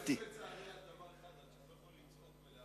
תשתתף בצערי על כך שאני לא יכול לצעוק ולהפריע.